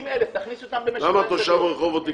יש 30 אלף, תכניס אותם למשק מים סגור.